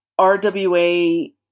RWA